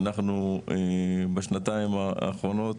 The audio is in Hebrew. אנחנו בשנתיים האחרונות